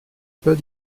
pas